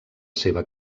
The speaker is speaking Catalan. seva